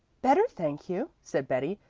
better, thank you, said betty,